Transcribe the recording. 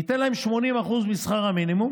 ניתן להם 80% משכר המינימום